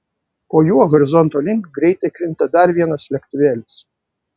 po juo horizonto link greitai krinta dar vienas lėktuvėlis